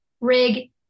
rig